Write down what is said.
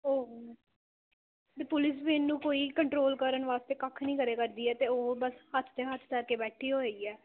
ਉਹ ਅਤੇ ਪੁਲਿਸ ਵੀ ਇਹਨੂੰ ਕੋਈ ਕੰਟਰੋਲ ਕਰਨ ਵਾਸਤੇ ਕੱਖ ਨਹੀਂ ਕਰਿਆ ਕਰਦੀ ਹੈ ਅਤੇ ਉਹ ਬਸ ਹੱਥ 'ਤੇ ਹੱਥ ਧਰ ਕੇ ਬੈਠੀ ਹੋਈ ਹੈ